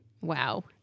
Wow